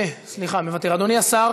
אדוני השר